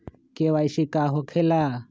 KYC का हो के ला?